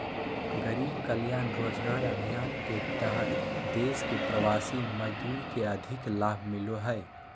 गरीब कल्याण रोजगार अभियान के तहत देश के प्रवासी मजदूर के अधिक लाभ मिलो हय